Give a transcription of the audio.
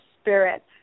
spirit